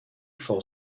for